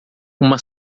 uma